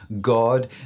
God